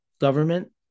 government